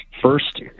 First